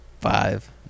five